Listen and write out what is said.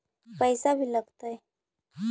पैसा भी लगतय?